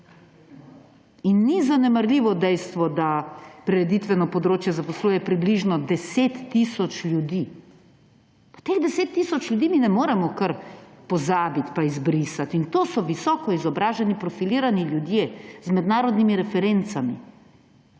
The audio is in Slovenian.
In ni zanemarljivo dejstvo, da prireditve na tem področju zaposluje približno 10 tisoč ljudi. Pa teh 10 tisoč ljudi mi ne moremo kar pozabiti, pa izbrisati! In to so visoko izobraženi, profilirani ljudje z mednarodnimi referencami.